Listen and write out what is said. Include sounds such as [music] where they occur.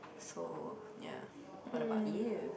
so ya [breath] what about you